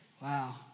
Wow